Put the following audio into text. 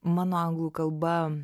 mano anglų kalba